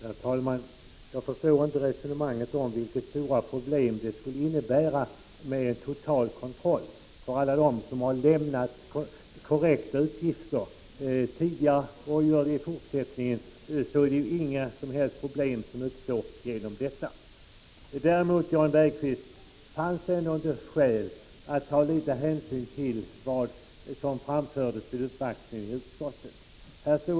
Herr talman! Jag förstår inte resonemanget om de stora problem som det — 12 december 1985 skulle innebära med total kontroll. För alla dem som lämnat korrekta uppgifter tidigare och gör det även i fortsättningen uppstår inga problem genom detta. Däremot, Jan Bergqvist, fanns det skäl att ta hänsyn till vad som framfördes vid uppvaktningen i utskottet.